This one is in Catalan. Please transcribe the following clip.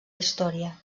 història